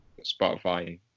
Spotify